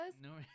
no